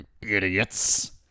idiots